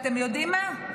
אתם יודעים מה?